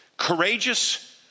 Courageous